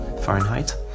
Fahrenheit